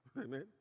Amen